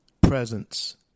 presence